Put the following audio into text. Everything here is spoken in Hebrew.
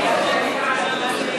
חברי